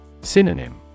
Synonym